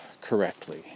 correctly